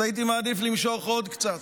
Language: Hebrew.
אז הייתי מעדיף למשוך עוד קצת,